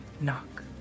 knock